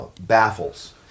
baffles